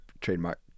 trademark